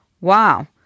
Wow